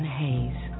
haze